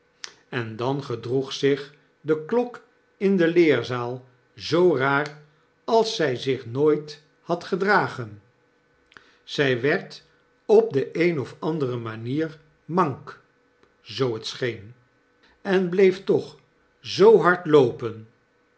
en dan gedroeg zich de klok in de leerzaal zoo raar als zjj zich nooit had gedragen zjj werd op de een of andere manier mank zoo t scheen en bleef toch zoo hard loopen